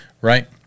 Right